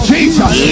Jesus